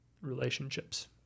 relationships